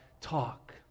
talk